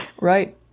Right